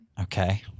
Okay